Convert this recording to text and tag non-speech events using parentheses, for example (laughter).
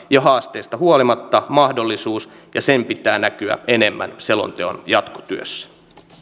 (unintelligible) ja haasteista huolimatta mahdollisuus ja sen pitää näkyä enemmän selonteon jatkotyössä